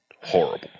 horrible